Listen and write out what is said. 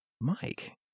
Mike